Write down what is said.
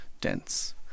dense